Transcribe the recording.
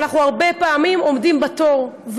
אנחנו הרבה פעמים עומדים בתור,